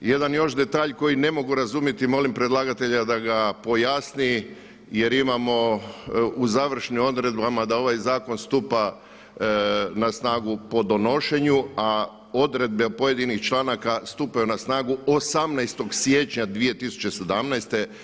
Jedan još detalj koji ne mogu razumjeti i molim predlagatelja da ga pojasni jer imamo u završnim odredbama da ovaj zakon stupa na snagu po donošenju, a odredbe pojedinih članaka stupaju na snagu 18 siječnja 2017.